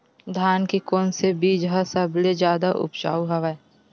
धान के कोन से बीज ह सबले जादा ऊपजाऊ हवय?